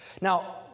Now